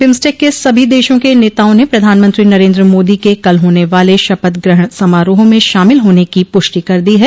BIMSTEC के सभी देशों के नेताओं ने प्रधानमंत्री नरेंद्र मोदी के कल होने वाले शपथ ग्रहण समारोह में शामिल होने की पूष्टि कर दी है